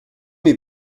est